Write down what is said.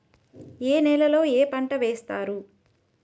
ఏ నేలలో ఏ పంట వేస్తారు?